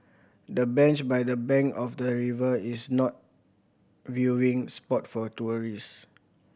the bench by the bank of the river is not viewing spot for tourists